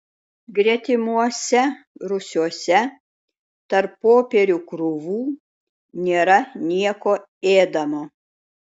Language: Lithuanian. gretimuose rūsiuose tarp popierių krūvų nėra nieko ėdamo